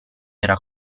era